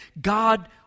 God